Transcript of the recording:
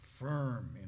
firm